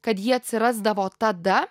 kad jie atsirasdavo tada